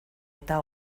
eta